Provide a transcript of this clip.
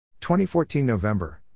2014-November